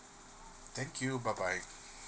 thank you bye bye